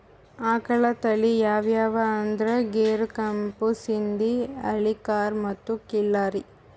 ಆಕಳ್ ತಳಿ ಯಾವ್ಯಾವ್ ಅಂದ್ರ ಗೀರ್, ಕೆಂಪ್ ಸಿಂಧಿ, ಹಳ್ಳಿಕಾರ್ ಮತ್ತ್ ಖಿಲ್ಲಾರಿ